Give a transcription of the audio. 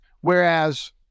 Whereas